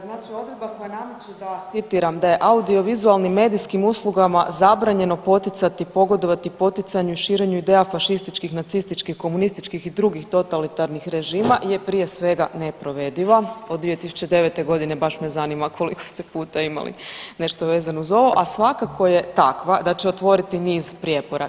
Znači odredba koja … citiram da je „audiovizualnim medijskim uslugama zabranjeno poticati, pogodovati poticanju širenju ideja fašističkih, nacističkih, komunističkih i dugih totalitarnih režima je prije svega neprovediva od 2009.g. baš me zanima koliko ste puta imali nešto vezano uz ovo, a svakako je takva da će otvoriti niz prijepora.